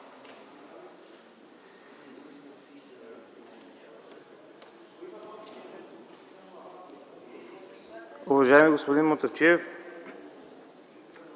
Уважаеми господин Мутафчиев,